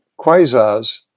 quasars